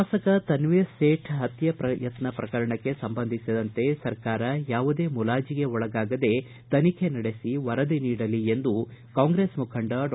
ಶಾಸಕ ತನ್ವೀರ್ ಸೇಠ್ ಪತ್ತೆ ಯತ್ನ ಪ್ರಕರಣಕ್ಕೆ ಸಂಬಂಧಿಸಿದಂತೆ ಸರ್ಕಾರ ಯಾವುದೇ ಮುಲಾಜಗೆ ಒಳಗಾಗದೆ ತನಿಖೆ ನಡೆಸಿ ವರದಿ ನೀಡಲಿ ಎಂದು ಕಾಂಗ್ರೆಸ್ ಮುಖಂಡ ಡಾ